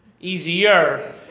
Easier